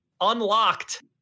unlocked